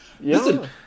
Listen